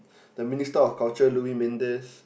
the minister of culture Luis-Midas